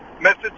message